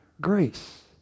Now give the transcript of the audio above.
grace